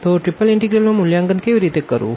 તો triple integral નું મૂલ્યાંકન કેવી રીતે કરવું